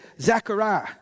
Zechariah